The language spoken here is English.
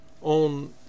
on